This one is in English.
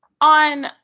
On